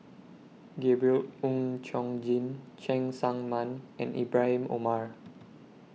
Gabriel Oon Chong Jin Cheng Tsang Man and Ibrahim Omar